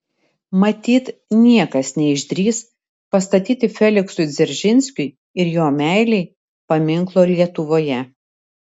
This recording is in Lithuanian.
matyt niekas neišdrįs pastatyti feliksui dzeržinskiui ir jo meilei paminklo lietuvoje